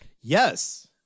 yes